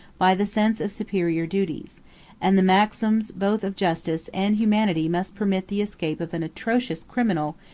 by the sense of superior duties and the maxims both of justice and humanity must permit the escape of an atrocious criminal,